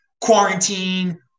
quarantine